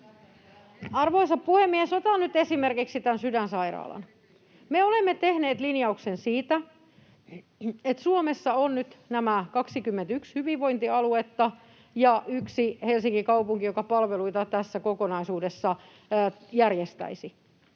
Arvoisa puhemies! Otan nyt esimerkiksi tämän Sydänsairaalan. Me olemme tehneet linjauksen siitä, että Suomessa on nyt nämä 21 hyvinvointialuetta ja yksi Helsingin kaupunki, joka palveluita tässä kokonaisuudessa järjestäisi,